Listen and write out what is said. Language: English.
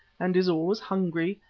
and is always hungry,